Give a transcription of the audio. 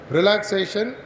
Relaxation